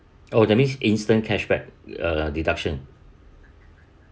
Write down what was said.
oh that means instant cashback uh deduction